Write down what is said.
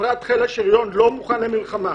ובפרט בחיל השריון לא מוכן למלחמה.